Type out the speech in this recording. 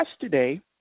yesterday